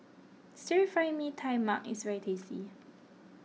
Stir Fry Mee Tai Mak is very tasty